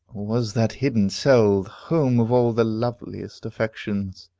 was that hidden cell the home of all the loveliest affections,